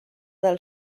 del